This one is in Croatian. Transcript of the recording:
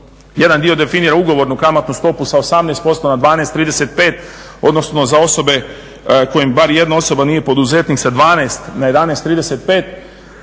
jedan dio definira ugovornu kamatnu stopu sa 18% na 12,35 odnosno za osobe kojim bar jedna osoba nije poduzetnik sa 12 na 11,35